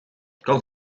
kan